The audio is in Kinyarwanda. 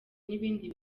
n’ibindi